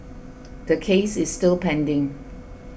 the case is still pending